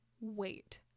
wait